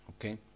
Okay